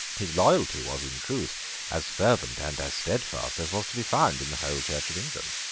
his loyalty was in truth as fervent and as steadfast as was to be found in the whole church of england.